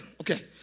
Okay